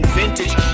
vintage